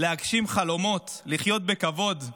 להגשים חלומות, לחיות בכבוד.